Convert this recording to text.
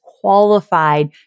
qualified